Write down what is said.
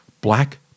black